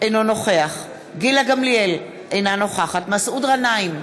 אינו נוכח גילה גמליאל, אינה נוכחת מסעוד גנאים,